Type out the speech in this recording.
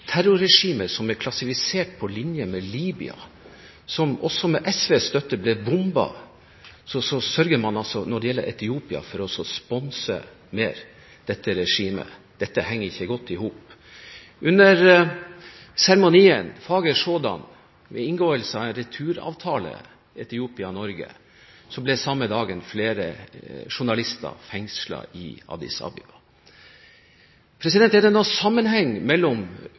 klassifisert på linje med Libya, som med SVs støtte ble bombet – sørger man for å sponse dette regimet mer. Dette henger ikke godt i hop. Samme dag som seremonien – fager sådan – ved inngåelsen av returavtalen Etiopia–Norge ble flere journalister fengslet i Addis Abeba. Er det noen sammenheng mellom